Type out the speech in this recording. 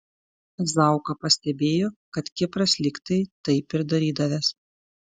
zauka pastebėjo kad kipras lyg tai taip ir darydavęs